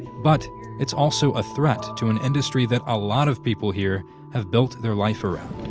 but it's also a threat to an industry that a lot of people here have built their life around.